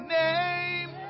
name